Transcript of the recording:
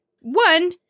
one